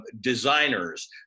Designers